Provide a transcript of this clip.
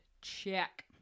check